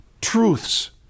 truths